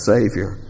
Savior